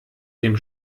dem